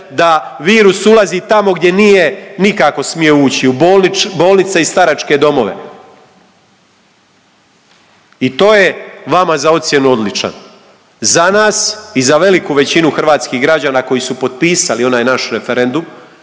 da virus ulazi tamo gdje nije nikako smio ući u bolnice i staračke domove. I to je vama za ocjenu odličan. Za nas i za veliku većinu hrvatskih građana koji su potpisali onaj naš referendum